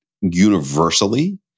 Universally